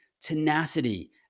tenacity